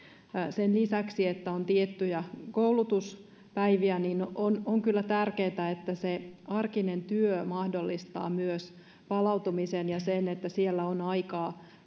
sen lisäksi että on tiettyjä koulutuspäiviä on on kyllä tärkeätä että se arkinen työ mahdollistaa myös palautumisen ja sen että on aikaa myös